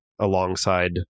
alongside